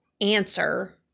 answer